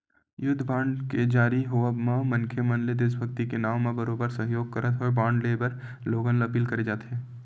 युद्ध बांड के जारी के होवब म मनखे मन ले देसभक्ति के नांव म बरोबर सहयोग करत होय बांड लेय बर लोगन ल अपील करे जाथे